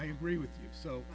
i agree with you so